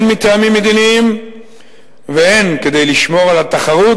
הן מטעמים מדיניים והן כדי לשמור על התחרות